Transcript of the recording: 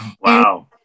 Wow